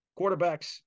quarterbacks